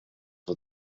for